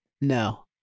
No